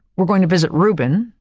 we're going to visit reuben,